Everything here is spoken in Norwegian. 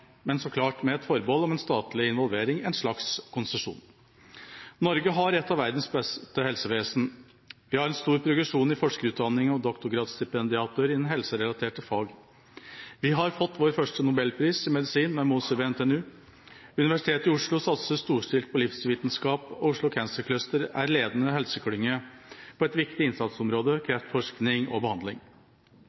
Men det må så klart være med et forbehold om en statlig involvering, en slags konsesjon. Norge har et av verdens beste helsevesen. Vi har stor progresjon i forskerutdanning og doktorgradsstipendiater innen helserelaterte fag. Vi har fått vår første nobelpris i medisin med Moser ved NTNU. Universitetet i Oslo satser storstilt på livsvitenskap, og Oslo Cancer Cluster er en ledende helseklynge på et viktig innsatsområde – kreftforskning og